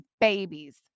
babies